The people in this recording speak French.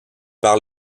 par